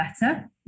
better